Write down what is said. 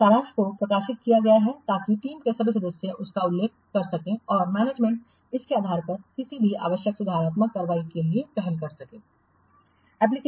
सारांश को प्रकाशित किया गया है ताकि टीम के सभी सदस्य इसका उल्लेख कर सकें और मैनेजमेंट इसके आधार पर किसी भी आवश्यक सुधारात्मक कार्रवाई के लिए पहल कर सके